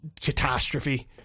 catastrophe